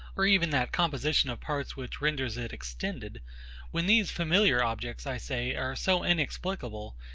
or even that composition of parts which renders it extended when these familiar objects, i say, are so inexplicable,